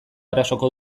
erasoko